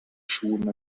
schuhen